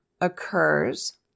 occurs